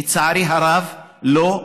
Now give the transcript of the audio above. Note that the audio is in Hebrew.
לצערי הרב, לא.